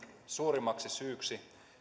suurimmaksi syyksi